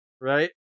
right